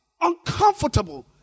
uncomfortable